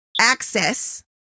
access